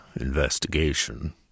investigation